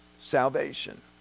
salvation